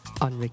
On